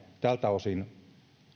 tältä osin